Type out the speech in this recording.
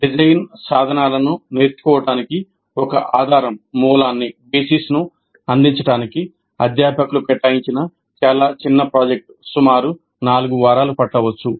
design సాధనాలను నేర్చుకోవడానికి ఒక ఆధారాన్నిమూలాన్ని అందించడానికి అధ్యాపకులు కేటాయించిన చాలా చిన్న ప్రాజెక్ట్ ఇది సుమారు 4 వారాలు కావచ్చు